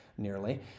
nearly